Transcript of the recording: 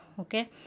okay